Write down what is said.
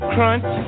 Crunch